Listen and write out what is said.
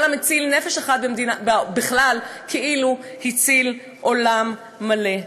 כל המציל נפש אחת, בכלל, כאילו הציל עולם מלא.